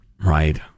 Right